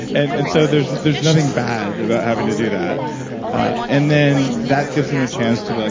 and and so there's there's nothing bad about having to do that and then that gives them a chance to be like.